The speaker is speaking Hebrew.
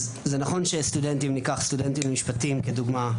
אם ניקח סטודנטים למשפטים כדוגמה,